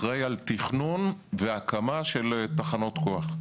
אחראי על תכנון והקמה של תחנות כוח.